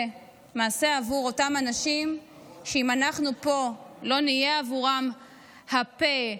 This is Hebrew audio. עבור אותם אנשים שאם אנחנו פה לא נהיה עבורם הפה,